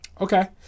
Okay